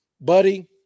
Buddy